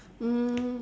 um